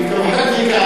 אני התכוונתי,